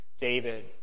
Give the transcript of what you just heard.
David